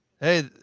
hey